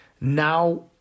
now